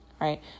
right